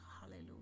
Hallelujah